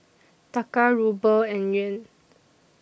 Taka Ruble and Yuan